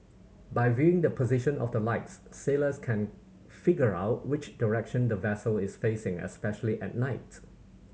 by viewing the position of the lights sailors can figure out which direction the vessel is facing especially at night